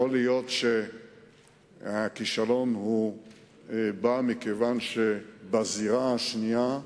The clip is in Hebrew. יכול להיות שהנשיא בא מכיוון שבזירה השנייה,